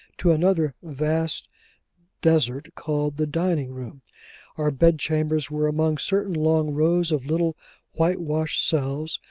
to another vast desert, called the dining-room our bed-chambers were among certain long rows of little white-washed cells,